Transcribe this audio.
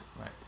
Right